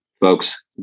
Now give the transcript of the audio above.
Folks